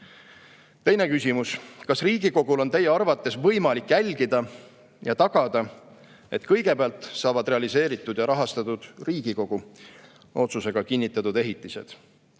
küsimus: "Kas Riigikogul on [teie arvates] võimalik jälgida ja tagada, et kõigepealt saavad realiseeritud ja rahastatud Riigikogu otsusega kinnitatud ehitised?